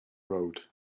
road